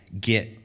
get